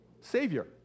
Savior